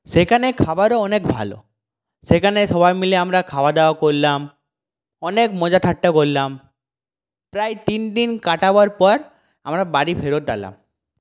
সেখানে খাবারও অনেক ভালো সেখানে সবাই মিলে আমরা খাওয়াদাওয়া করলাম অনেক মজাঠাট্টা করলাম প্রায় তিনদিন কাটাবার পর আমরা বাড়ি ফেরত এলাম